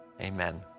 amen